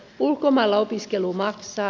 ulkomailla opiskelu maksaa